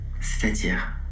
C'est-à-dire